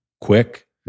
quick